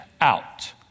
out